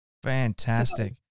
Fantastic